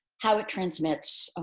how it transmits,